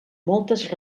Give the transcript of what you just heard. moltes